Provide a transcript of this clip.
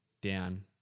down